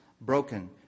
broken